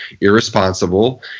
irresponsible